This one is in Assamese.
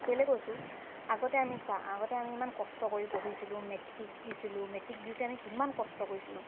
কেলৈ কৈছো আগতে আমি চা আগতে আমি ইমান কষ্ট কৰি পঢ়িছিলোঁ মেট্ৰিক দিছিলোঁ মেট্ৰিক দিওঁতে আমি কিমান কষ্ট কৰিছিলোঁ